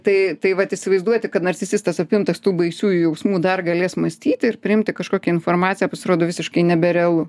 tai tai vat įsivaizduoti kad narcisistas apimtas tų baisiųjų jausmų dar galės mąstyti ir priimti kažkokią informaciją pasirodo visiškai neberealu